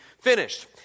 finished